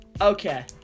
Okay